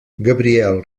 gabriel